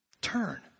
Turn